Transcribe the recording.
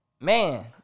man